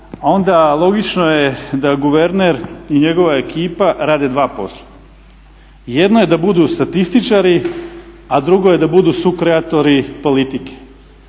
onda logično je da guverner i njegova ekipa rade dva posla. Jedan je da budu statističari, a drugo je da budu sukreatori politike.